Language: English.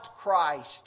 Christ